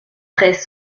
traits